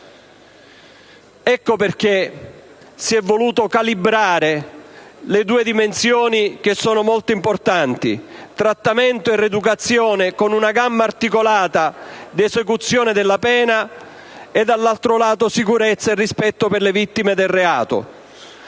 Per questo si sono volute calibrare due dimensioni molto importanti: trattamento e rieducazione, con una gamma articolata di esecuzione della pena, da un lato, sicurezza e rispetto per le vittime del reato,